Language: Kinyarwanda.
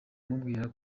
mubwira